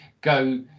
go